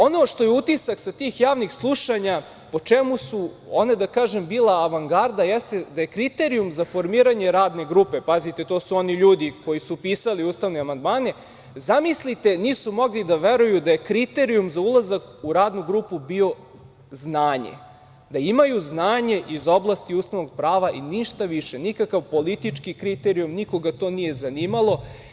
Ono što je utisak sa tih javnih slušanja, po čemu su ona bila avangarda, jeste da je kriterijum za formiranje radne grupe, pazite, to su oni ljudi koji su pisali ustavne amandmane, zamislite, nisu mogli da veruju da je kriterijum za ulazak u Radnu grupu bio znanje, da imaju znanje iz oblasti ustavnog prava i ništa više, nikakav politički kriterijum, nikoga to nije zanimalo.